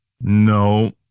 No